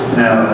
now